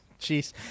Jeez